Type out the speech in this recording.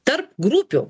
tarp grupių